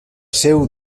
seu